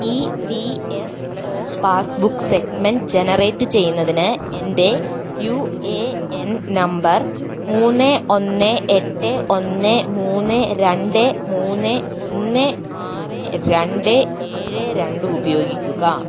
ഈ P F O passbook segment generate ചെയ്യുന്നതിന് എൻ്റെ യു എ എൻ നമ്പർ മൂന്ന് ഒന്ന് എട്ട് ഒന്ന് മൂന്ന് രണ്ട് മൂന്ന് ഒന്ന് ആറ് രണ്ട് ഏഴ് രണ്ട് ഉപയോഗിക്കുക